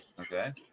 Okay